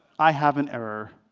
i have an error.